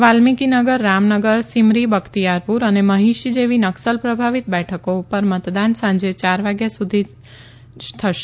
વાલ્મિકીનગર રામનગર સિમરી બખ્તિયારપુર અને મહિશી જેવી નક્સલ પ્રભાવિત બેઠકો પર મતદાન સાંજે ચાર વાગ્યા સુધી જ થશે